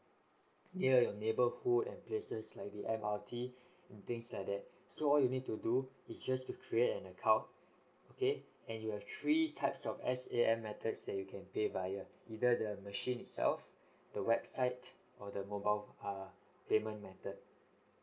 near your neighbourhood and places like the M_R_T and things like that so all you need to do is just to create an account okay and you have three types of S_A_M methods that you can pay via either the machine itself the website or the mobile err payment method